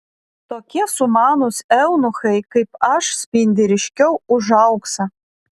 tokie sumanūs eunuchai kaip aš spindi ryškiau už auksą